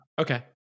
okay